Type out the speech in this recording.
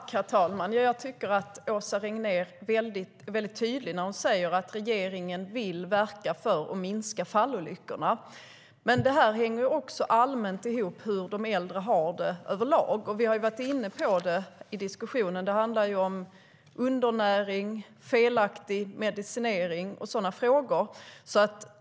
Herr talman! Jag tycker att Åsa Regnér är tydlig när hon säger att regeringen vill verka för att minska fallolyckorna. Men detta hänger också allmänt ihop med hur de äldre har det överlag. Vi har varit inne på det i diskussionen. Det handlar om undernäring, felaktig medicinering och sådana frågor.